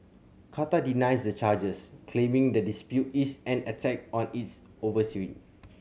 Qatar denies the charges claiming the dispute is an attack on its